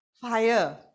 fire